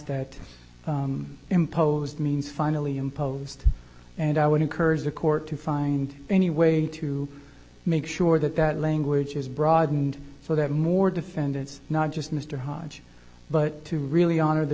that imposed means finally imposed and i would encourage the court to find any way to make sure that that language is broadened so that more defendants not just mr hodge but to really honor the